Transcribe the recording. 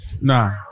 Nah